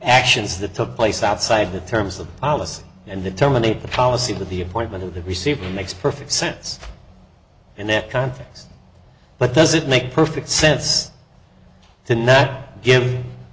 actions that took place outside the terms of policy and to terminate the policy of the appointment of the receiver makes perfect sense and that context but does it make perfect sense to not give the